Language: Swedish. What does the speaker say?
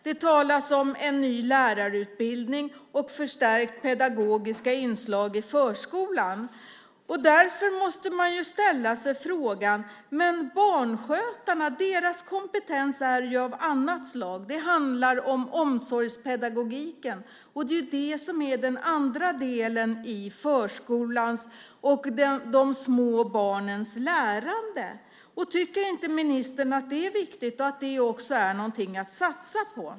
Det talas om en ny lärarutbildning och ett förstärkt pedagogiskt inslag i förskolan. Därför måste man ställa sig frågan: Men barnskötarna - deras kompetens är ju av annat slag? Det handlar om omsorgspedagogik. Det är det som är den andra delen i förskolan och i de små barnens lärande. Tycker inte ministern att det är viktigt och någonting att satsa på?